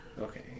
Okay